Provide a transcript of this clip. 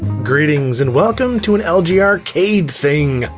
greetings and welcome to an lgr cade thing!